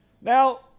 now